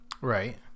Right